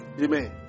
Amen